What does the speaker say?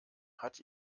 hat